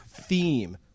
theme